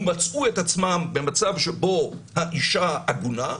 ומצאו את עצמם במצב שבו האישה עגונה,